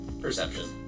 Perception